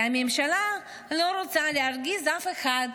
כי הממשלה לא רוצה להרגיז אף אחד,